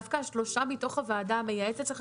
דווקא השלושה מתוך הוועדה המייעצת,